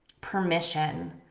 permission